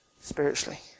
spiritually